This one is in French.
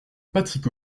patrick